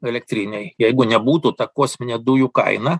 elektrinėj jeigu nebūtų ta kosminė dujų kaina